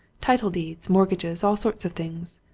title-deeds, mortgages all sorts of things.